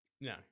No